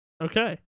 Okay